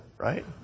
Right